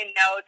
no